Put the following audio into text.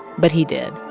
but he did.